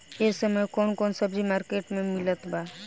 इह समय कउन कउन सब्जी मर्केट में मिलत बा?